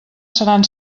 seran